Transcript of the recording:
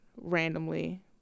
randomly